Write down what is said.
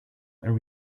and